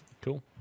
Cool